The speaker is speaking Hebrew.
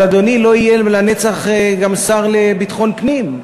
אבל אדוני לא יהיה לנצח שר לביטחון פנים,